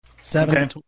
Seven